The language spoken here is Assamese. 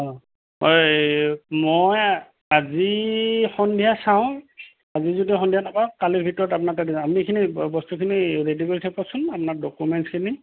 অঁ হয় মই আজি সন্ধিয়া চাওঁ আজি যদি সন্ধিয়া নাপাও কালিৰ ভিতৰত আপোনাক তাত আপুনি এইখিনি বস্তুখিনি ৰেডি কৰি থাকিবাচোন আপোনাৰ ডকুমেণ্টছখিনি